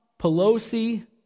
Pelosi